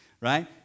right